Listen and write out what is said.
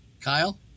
Kyle